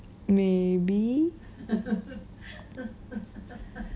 may be